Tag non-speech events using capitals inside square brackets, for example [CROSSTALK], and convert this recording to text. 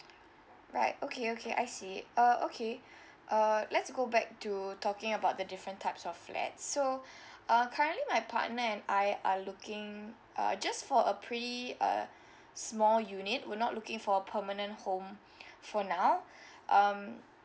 right okay okay I see uh okay uh let's go back to talking about the different types of flats so [BREATH] uh currently my partner and I are looking uh just for a pre uh small unit we're not looking for permanent home [BREATH] for now [BREATH] um